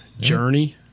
Journey